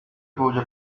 گوجه